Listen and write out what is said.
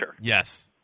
Yes